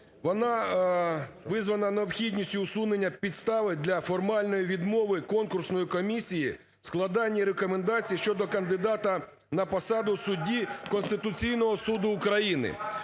Вона визвана необхідністю усунення підстави для формальної відмови конкурсної комісії в складенні рекомендацій щодо кандидата на посаду судді Конституційного Суду України.